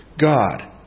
God